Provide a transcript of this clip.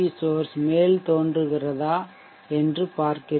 source மேல்தோன்றுகிறதா என்று பார்க்கிறேன்